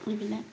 এইবিলাক